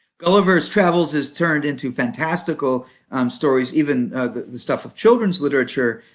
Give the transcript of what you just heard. gulliver's travels is turned into fantastical stories, even the stuff of children's literature,